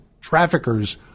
traffickers